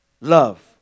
love